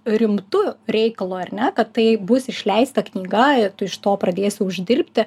rimtu reikalu ar ne kad tai bus išleista knyga ir tu iš to pradėsi uždirbti